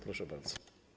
Proszę bardzo.